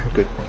Good